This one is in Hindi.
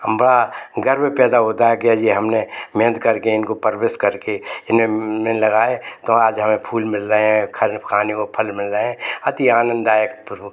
हम बा गर्व पैदा होता है कि अजी हमने मेहनत करके इनको परवरिश करके इन्हें लगाए तो आज हमें फूल मिल रहें हैं खर खाने को फल मिल रहें अति आनंददायक